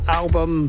album